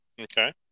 Okay